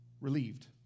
relieved